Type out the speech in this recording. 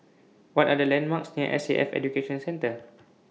What Are The landmarks near S A F Education Centre